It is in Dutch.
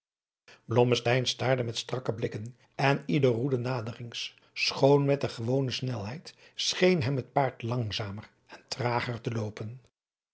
staarde met strakke blikken en ieder roede naderings schoon met de gewone snelheid scheen hem het paard langzamer en trager te loppen